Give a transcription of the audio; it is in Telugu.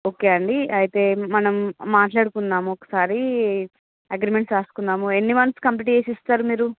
ఓకే అండి అయితే మనం మాట్లాడుకుందాము ఒక్కసారి అగ్రిమెంట్ రాసుకుందాము ఎన్ని మంత్స్ కంప్లీట్ చేసి ఇస్తారు మీరు